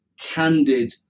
candid